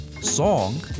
song